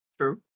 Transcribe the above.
true